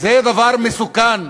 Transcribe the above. זה דבר מסוכן.